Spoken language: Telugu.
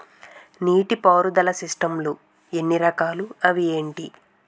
నీటిపారుదల సిస్టమ్ లు ఎన్ని రకాలు? అవి ఏంటి?